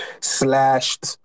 slashed